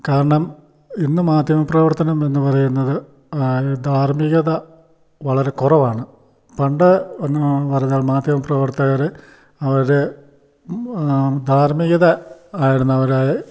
കാരണം ഇന്ന് മാധ്യമ പ്രവർത്തനം എന്ന് പറയുന്നത് ധാർമികത വളരെ കുറവാണ് പണ്ട് എന്ന് പറഞ്ഞാൽ മാധ്യമ പ്രവർത്തകർ അവർ ധാർമികത ആയിരുന്നവരെ